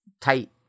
tight